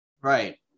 Right